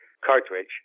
cartridge